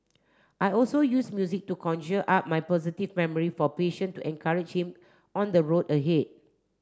I also use music to conjure up my positive memory for patient to encourage him on the road ahead